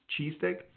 cheesesteak